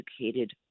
educated